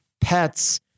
pets